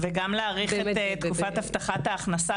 וגם להאריך את תקופת הבטחת ההכנסה,